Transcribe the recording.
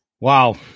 Wow